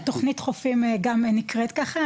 התוכנית "חופים" גם נקראת ככה,